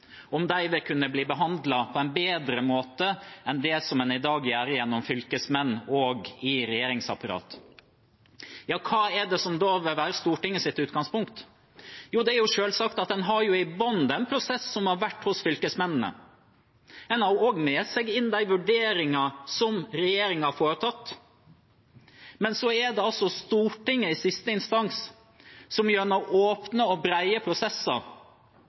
om Stortingets evne til å gå inn i og håndtere grensejusteringssaker, om de vil bli behandlet på en bedre måte enn det man i dag gjør gjennom fylkesmenn og i regjeringsapparat. Hva er det som vil være Stortingets utgangspunkt? Det er selvsagt at man i bunnen har prosessen som har vært hos fylkesmennene, man har også med seg de vurderinger som regjeringen har foretatt, men det er i siste instans Stortinget som gjennom åpne og brede prosesser